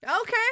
okay